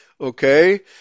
okay